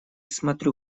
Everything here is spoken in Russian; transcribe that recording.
смотрю